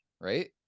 right